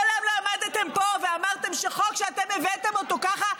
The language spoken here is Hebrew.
מעולם לא עמדתם פה ואמרתם שחוק שאתם הבאתם אותו ככה,